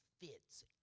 fits